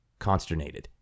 consternated